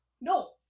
No